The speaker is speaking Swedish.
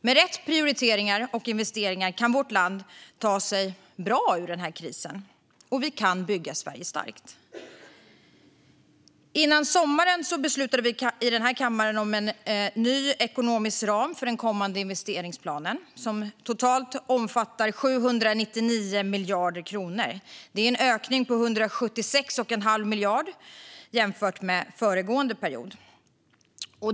Med rätt prioriteringar och investeringar kan vårt land ta sig bra ur den här krisen, och vi kan bygga Sverige starkt. Före sommaren beslutade vi i den här kammaren om en ny ekonomisk ram för den kommande investeringsplanen som totalt omfattar 799 miljarder kronor. Det är en ökning på 176 1⁄2 miljard jämfört med föregående period.